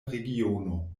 regiono